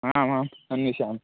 आमाम् अन्विशामि